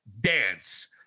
dance